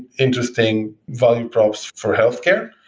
interesting volume probes for healthcare,